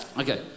Okay